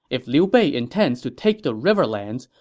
if liu bei intends to take the riverlands,